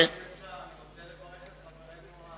אני רוצה לברך את חברינו,